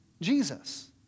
Jesus